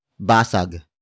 basag